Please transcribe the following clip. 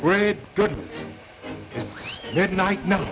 great good night no